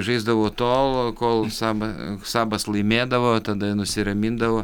žaisdavo tol kol saba sabas laimėdavo tada jie nusiramindavo